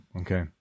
okay